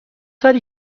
داری